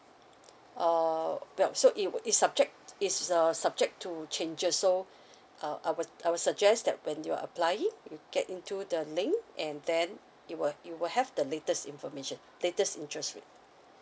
uh well so it would it subject is err subject to changes so uh I'll I will suggest that when you're applying you get into the link and then it will it will have the latest information latest interest rate